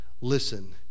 listen